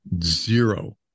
zero